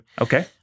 Okay